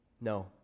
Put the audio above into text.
No